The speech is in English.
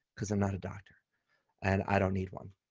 because i'm not a doctor and i don't need one.